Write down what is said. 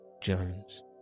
Jones